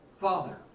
Father